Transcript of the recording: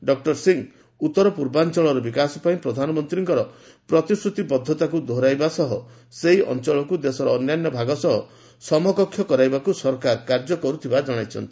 doctor Singh ଉତ୍ତର ପୂର୍ବାଞ୍ଚଳର ବିକାଶ ପାଇଁ ପ୍ରଧାନମନ୍ତ୍ରୀଙ୍କ ପ୍ରତିଶ୍ରତିବଦ୍ଧତାକୁ ଦୋହରାଇବା ସହ ସେହି ଅଞ୍ଚଳକୁ ଦେଶର ଅନ୍ୟାନ୍ୟ ଭାଗ ସହ ସମକକ୍ଷ କରାଇବାକୁ ସରକାର କାର୍ଯ୍ୟ କର୍ତ୍ତିବାର ଜଣାଇଛନ୍ତି